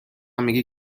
میگی